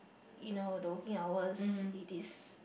you know the working hours it is